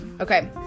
Okay